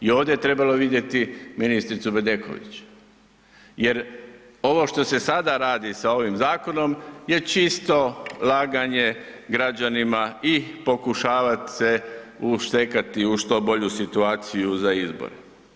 I ovdje je trebalo vidjeti ministricu Bedeković jer ovo što se sada radi sa ovim zakonom je čisto laganje građanima i pokušavat ste uštekat u što bolju situaciju za izbore.